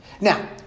Now